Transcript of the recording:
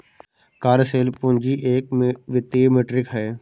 कार्यशील पूंजी एक वित्तीय मीट्रिक है